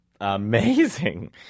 amazing